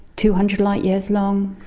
two hundred light years long.